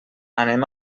anem